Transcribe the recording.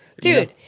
Dude